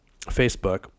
Facebook